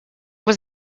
was